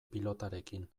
pilotarekin